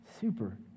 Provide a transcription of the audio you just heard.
super